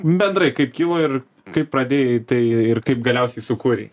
bendrai kaip kilo ir kaip pradėjai tai ir kaip galiausiai sukūrei